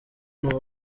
n’u